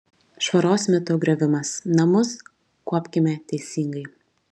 švaros mitų griovimas namus kuopkime teisingai